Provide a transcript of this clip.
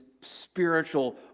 spiritual